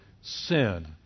sin